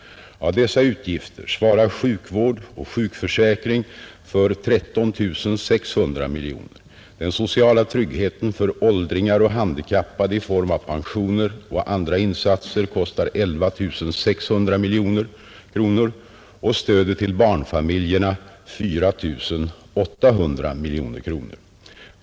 Av dessa utgifter svarar sjukvård och sjukförsäkring för 13 600 miljoner, den sociala tryggheten för åldringar och handikappade i form av pensioner och andra insatser kostar 11 600 miljoner och stödet till barnfamiljer 4 800 miljoner kronor.